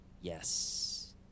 yes